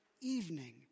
evening